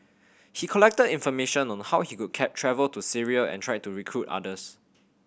he collected information on how he could travel to Syria and tried to recruit others